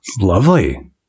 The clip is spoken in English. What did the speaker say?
Lovely